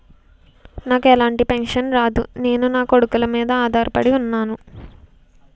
నాకు ఎలాంటి పెన్షన్ రాదు నేను నాకొడుకుల మీద ఆధార్ పడి ఉన్నాను